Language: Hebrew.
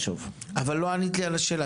אבל לא ענית לי על השאלה.